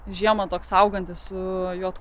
žiemą toks augantis su j